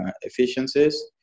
efficiencies